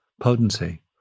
potency